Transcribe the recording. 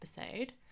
episode